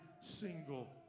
single